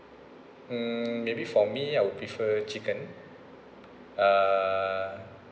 mm maybe for me I would prefer chicken uh